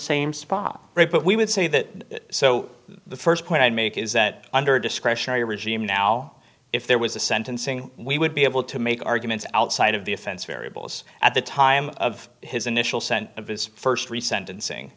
same spot rate but we would say that so the st point i'd make is that under discretionary regime now if there was a sentencing we would be able to make arguments outside of the offense variables at the time of his initial sent of his st three sentencing